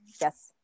yes